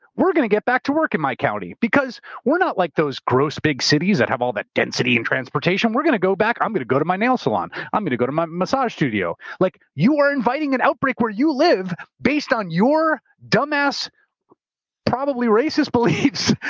we're going to get back to work in my county because we're not like those gross big cities that have all that density and transportation. we're going to go back, i'm going to go to my nail salon, i'm going to go to my massage studio. like you are inviting an outbreak where you live based on your dumb, probably racist beliefs,